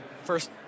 First